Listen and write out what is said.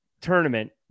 tournament